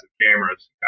cameras